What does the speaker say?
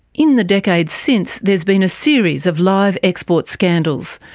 in the decades since, there's been a series of live export scandals,